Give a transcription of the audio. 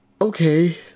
okay